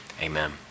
Amen